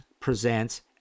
presents